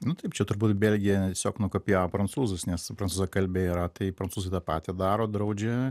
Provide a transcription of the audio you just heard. nu taip čia turbūt belgija tiesiog nukopijavo prancūzus nes prancūzakalbė yra tai prancūzai tą patį daro draudžia